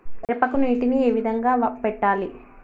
మిరపకి నీటిని ఏ విధంగా పెట్టాలి?